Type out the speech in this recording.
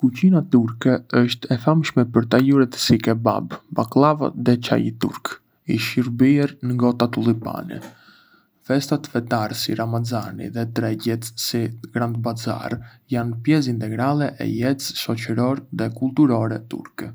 Kuzhina turke është e famshme për tajuret si kebab, baklava dhe çaji turk, i shërbyer në gota tulipani. Festat fetare si Ramazani dhe tregjet si Grand Bazaar janë pjesë integrale e jetës shoçërore dhe kulturore turke.